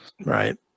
right